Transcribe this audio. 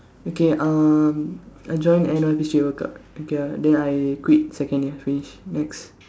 okay um I join N_Y_P C_O club okay ah then I quit second year finish next